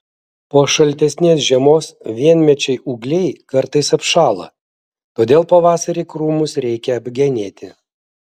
po šaltesnės žiemos vienmečiai ūgliai kartais apšąla todėl pavasarį krūmus reikia apgenėti